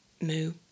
moo